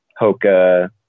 hoka